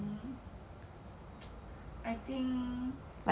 like will you be good at it is not a problem it's just 你喜欢吗